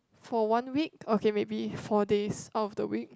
for one week okay maybe four days out of the week